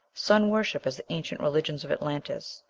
sun-worship, as the ancient religion of atlantis,